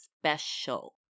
special